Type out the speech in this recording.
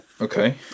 Okay